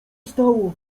stało